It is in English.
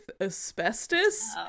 asbestos